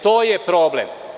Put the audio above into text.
To je problem.